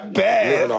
bad